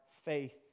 faith